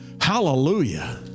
Hallelujah